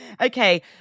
okay